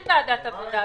אין ועדת עבודה ורווחה.